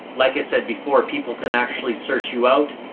like i said before, people can actually search you out.